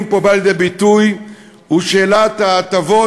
בא פה לידי ביטוי הוא שאלת ההטבות,